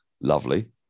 Lovely